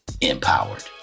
empowered